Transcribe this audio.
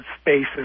spaces